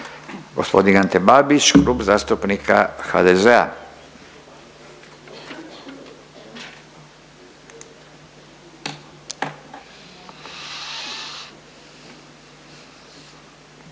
Gospodin Ante Babić Klub zastupnika HDZ-a,